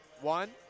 one